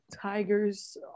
Tigers